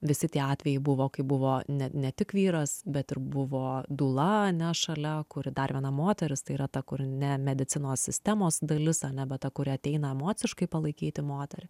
visi tie atvejai buvo kai buvo ne ne tik vyras bet ir buvo dula ane šalia kuri dar viena moteris tai yra ta kur ne medicinos sistemos dalis ane bet ta kuri ateina emociškai palaikyti moterį